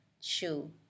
shoe